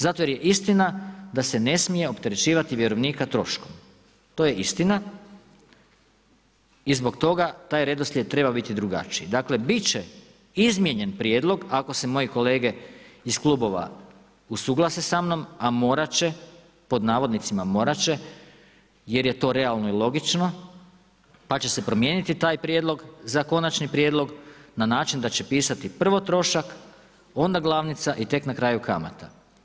Zato jer je istina da se ne smije opterećivati vjerovnika troškom, to je istina i zbog toga taj redoslijed treba biti drugačiji, dakle bit će izmijenjen prijedlog ako se moji kolege iz klubova usuglase sa mnom a „morat će“ jer je to realno i logično pa će se promijeniti taj prijedlog za konačni prijedlog na način da će pisati prvo trošak onda glavnica i tek na kraju kamata.